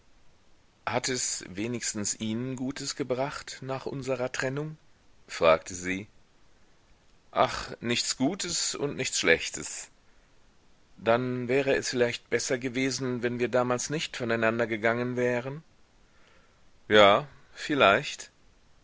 hat es wenigstens ihnen gutes gebracht nach unserer trennung fragte sie ach nichts gutes und nichts schlechtes dann wäre es vielleicht besser gewesen wenn wir damals nicht voneinander gegangen wären ja vielleicht